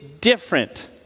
different